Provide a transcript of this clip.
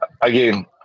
again